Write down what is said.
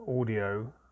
audio